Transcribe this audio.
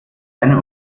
eine